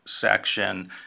section